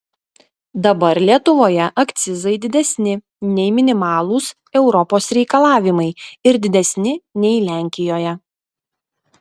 dabar lietuvoje akcizai didesni nei minimalūs europos reikalavimai ir didesni nei lenkijoje